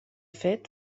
fet